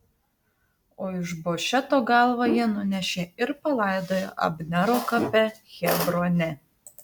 o išbošeto galvą jie nunešė ir palaidojo abnero kape hebrone